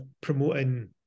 promoting